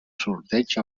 sorteig